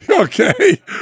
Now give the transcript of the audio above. Okay